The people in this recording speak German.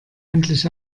endlich